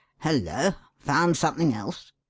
hullo! found something else?